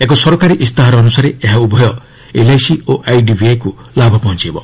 ଏକ ସରକାରୀ ଇସ୍ତାହାର ଅନ୍ତସାରେ ଏହା ଉଭୟ ଏଲ୍ଆଇସି ଓ ଆଇଡିବିଆଇକୁ ଲାଭ ପହଞ୍ଚାଇବ